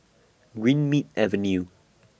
Greenmead Avenue